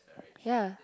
ya